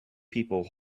people